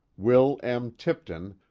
will m. tipton,